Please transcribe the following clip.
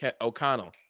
O'Connell